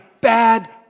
bad